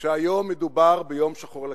שהיום מדובר ביום שחור לכנסת.